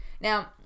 Now